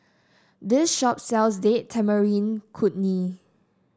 this shop sells Date Tamarind Chutney